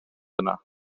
yna